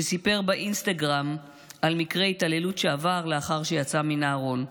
שסיפר באינסטגרם על מקרה התעללות שעבר לאחר שיצא מן הארון,